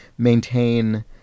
maintain